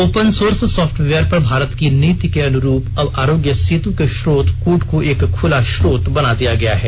open source software पर भारत की नीति के अन्रूप अब आरोग्य सेतु के स्रोत कोड को एक खुला स्रोत बना दिया गया है